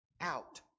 out